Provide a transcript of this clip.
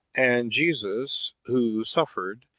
and jesus, who suffered,